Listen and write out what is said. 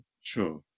sure